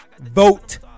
vote